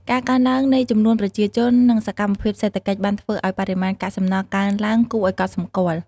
ការកើនឡើងនៃចំនួនប្រជាជន និងសកម្មភាពសេដ្ឋកិច្ច បានធ្វើឲ្យបរិមាណកាកសំណល់កើនឡើងគួរឲ្យកត់សម្គាល់។